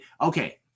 okay